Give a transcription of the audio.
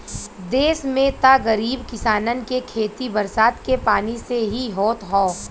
देस में त गरीब किसानन के खेती बरसात के पानी से ही होत हौ